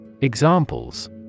Examples